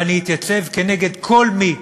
ואתייצב כנגד כל מי